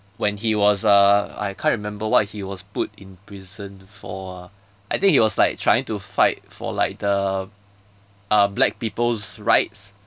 when he was uh I can't remember what he was put in prison for ah I think he was like trying to fight for like the uh black people's rights